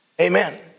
Amen